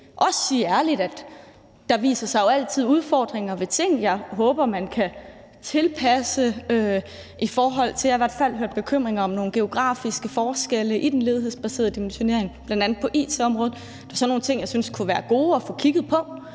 også sige ærligt, at der jo altid viser sig udfordringer ved ting. Jeg håber, man kan tilpasse det – jeg har i hvert fald hørt bekymringer om nogle geografiske forskelle i den ledighedsbaserede dimensionering, bl.a. på it-området. Det er sådan nogle ting, jeg synes det kunne være godt at få kigget på.